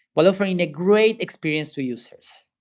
while offering a great experience to users.